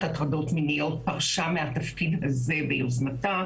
הטרדות מיניות פרשה מהתפקיד הזה ביוזמתה.